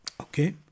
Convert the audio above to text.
Okay